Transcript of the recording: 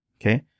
okay